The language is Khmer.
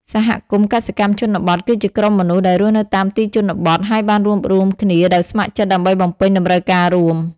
សហគមន៍កសិកម្មជនបទ គឺជាក្រុមមនុស្សដែលរស់នៅតាមទីជនបទ ហើយបានរួបរួមគ្នាដោយស្ម័គ្រចិត្តដើម្បីបំពេញតម្រូវការរួម។